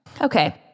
Okay